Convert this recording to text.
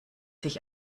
sich